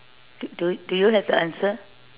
do do you have the answer